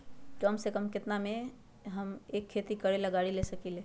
कम से कम केतना में हम एक खेती करेला गाड़ी ले सकींले?